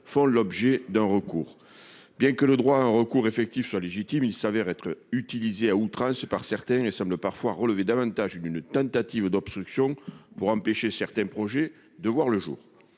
font l'objet d'un recours. Bien que le droit à un recours effectif soit légitime, il est utilisé à outrance par certains et semble parfois relever davantage d'une tentative d'obstruction pour empêcher certains projets de voir le jour.